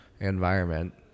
environment